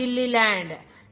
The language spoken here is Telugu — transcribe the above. Gilliland Edward R